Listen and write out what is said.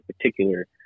particular